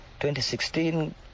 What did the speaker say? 2016